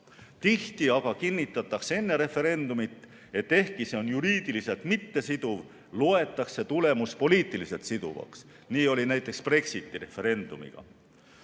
Tihti aga kinnitatakse enne referendumit, et ehkki see on juriidiliselt mittesiduv, loetakse tulemus poliitiliselt siduvaks. Nii oli näiteks Brexiti referendumiga.